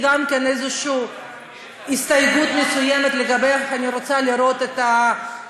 גם לי יש הסתייגות מסוימת, לגבי הגנים הפרטיים.